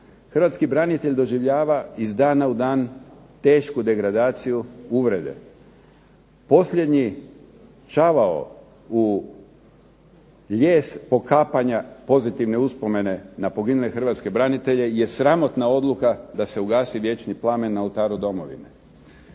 Hrvatski branitelj doživljava iz dana u dan tešku degradaciju, uvrede. Posljednji čavao u lijes pokapanja pozitivne uspomene na poginule hrvatske branitelje je sramotna odluka da se ugasi vječni plamen na oltaru domovine.